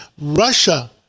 Russia